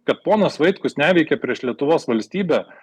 kad ponas vaitkus neveikia prieš lietuvos valstybę